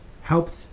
helped